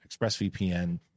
ExpressVPN